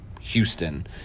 Houston